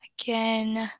again